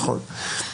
נכון.